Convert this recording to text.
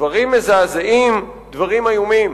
דברים מזעזעים, דברים איומים.